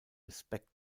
respect